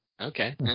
Okay